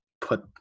put